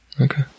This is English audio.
Okay